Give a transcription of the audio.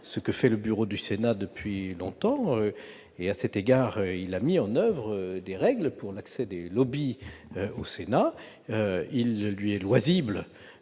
ce que fait le bureau du Sénat depuis longtemps et, à cet égard, il a mis en oeuvre des règles pour l'accès des au Sénat. Il lui est loisible